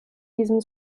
diesem